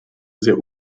sehr